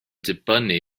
dibynnu